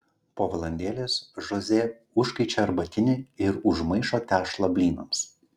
po valandėlės žoze užkaičia arbatinį ir užmaišo tešlą blynams